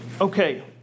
Okay